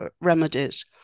remedies